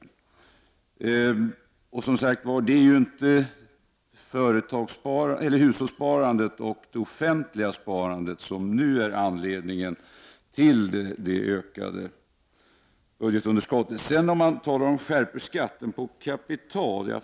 Det är som sagt inte hushållssparandet och det offentliga sparandet som är anledningen till det ökade budgetunderskottet. Man talar sedan om en skärpning av skatten på kapital.